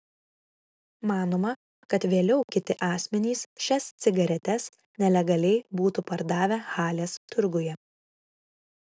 manoma kad vėliau kiti asmenys šias cigaretes nelegaliai būtų pardavę halės turguje